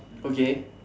okay